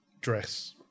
dress